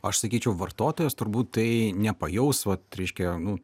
aš sakyčiau vartotojas turbūt tai nepajaus vat reiškia nu